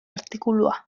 artikulua